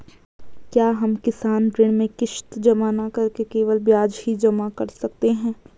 क्या हम किसान ऋण में किश्त जमा न करके केवल ब्याज ही जमा कर सकते हैं?